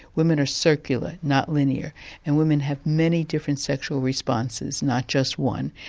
women are circular, not linear and women have many different sexual responses, not just one.